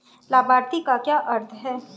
लाभार्थी का क्या अर्थ है?